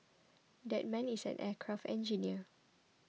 that man is an aircraft engineer